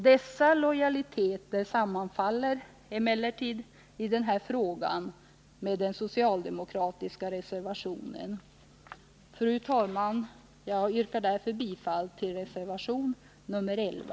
Dessa lojaliteter sammanfaller emellertid i denna fråga i den socialdemokratiska reservationen. Fru talman! Jag yrkar bifall till reservation 11.